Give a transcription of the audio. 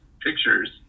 pictures